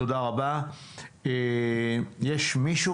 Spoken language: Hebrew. תודה לכל